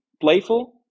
playful